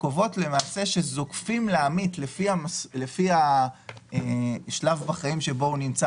שקובעות שזוקפים לעמית לפי השלב בחיים שבו הוא נמצא